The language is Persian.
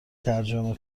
ترجمه